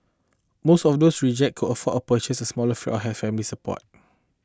most of those reject could afford of purchase a small flat or had family support